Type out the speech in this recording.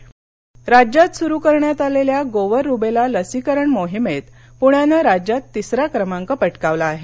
गोवर रुवेला मोहिम राज्यात सुरू करण्यात आलेल्या गोवर रुबेला लसीकरण मोहीमेत पुण्यानं राज्यात तिसरा क्रमांक पटकावला आहे